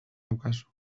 daukazu